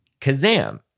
kazam